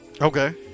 Okay